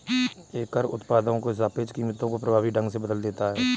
एक कर उत्पादों की सापेक्ष कीमतों को प्रभावी ढंग से बदल देता है